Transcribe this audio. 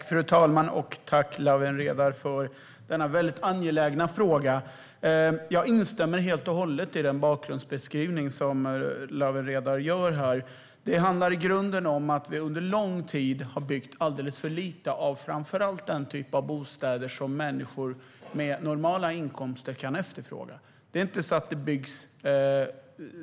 Fru talman! Jag tackar Lawen Redar för denna mycket angelägna fråga. Jag instämmer helt i Lawen Redars bakgrundsbeskrivning. Under lång tid har vi byggt alldeles för lite av framför allt den typ av bostäder som människor med normala inkomster kan efterfråga.